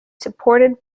supported